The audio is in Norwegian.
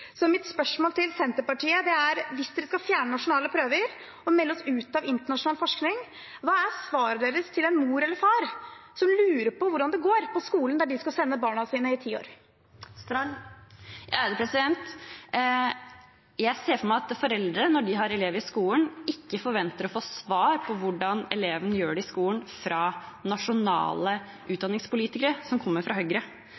Så mitt spørsmål til Senterpartiet er: Hvis de skal fjerne nasjonale prøver og melde oss ut av internasjonal forskning, hva er svaret deres til en mor eller far som lurer på hvordan det går på skolen der de skal sende barna sine i ti år? Jeg ser for meg at foreldre når de har elever i skolen, ikke forventer å få svar på hvordan eleven gjør det i skolen, fra nasjonale